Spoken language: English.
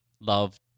love